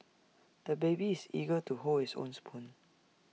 the baby is eager to hold his own spoon